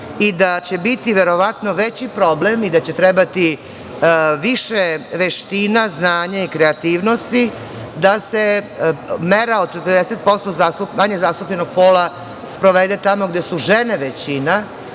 i da će biti verovatno veći problem i da će trebati više veština, znanja i kreativnosti da se mera od 40% manje zastupljenog pola sprovede tamo gde su žene većina,